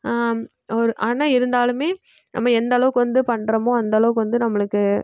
ஒரு ஆனால் இருந்தாலுமே நம்ம எந்த அளவுக்கு வந்து பண்ணுறோமோ அந்த அளவுக்கு வந்து நம்மளுக்கு